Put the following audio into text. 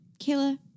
Kayla